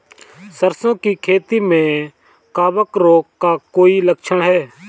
सरसों की खेती में कवक रोग का कोई लक्षण है?